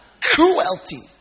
Cruelty